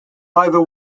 either